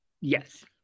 Yes